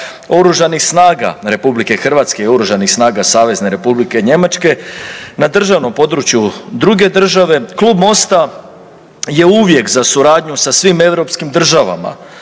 Oružanih snaga RH i Oružanih snaga Savezne Republike Njemačke na državnom području druge države klub Mosta je uvijek za suradnju sa svim europskim državama